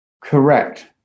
Correct